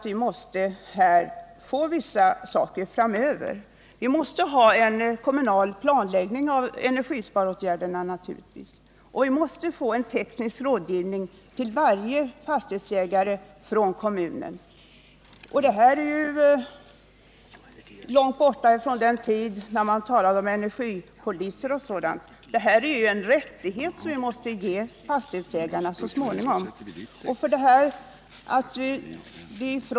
Vi måste naturligtvis ha en kommunal planläggning av energisparåtgärderna. Vi måste få en teknisk rådgivning från kommunen till varje fastighetsägare. Det här är långt ifrån talet om energipoliser och liknande som tidigare dominerade debatten. Det här är en rättighet vi måste ge fastighetsägarna så snart som möjligt.